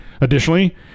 Additionally